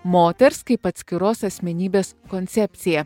moters kaip atskiros asmenybės koncepciją